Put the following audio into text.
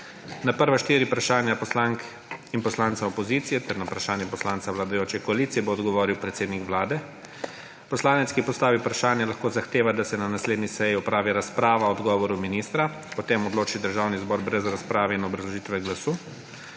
Na prva štiri vprašanja poslank in poslancev opozicije ter na vprašanje poslanca vladajoče koalicije bo odgovoril predsednik Vlade. Poslanec, ki je postavil vprašanje, lahko zahteva, da se na naslednji seji opravi razprava o odgovoru ministra. O tem odloči Državni zbor brez razprave in obrazložitve glasu.